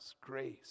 grace